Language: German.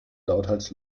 lauthals